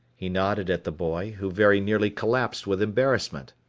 he nodded at the boy, who very nearly collapsed with embarrassment.